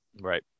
Right